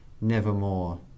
nevermore